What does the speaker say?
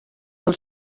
del